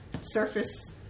surface